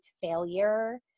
failure